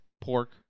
pork